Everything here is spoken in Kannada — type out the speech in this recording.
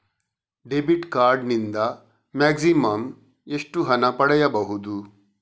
ಡೆಬಿಟ್ ಕಾರ್ಡ್ ನಿಂದ ಮ್ಯಾಕ್ಸಿಮಮ್ ಎಷ್ಟು ಹಣ ಪಡೆಯಬಹುದು?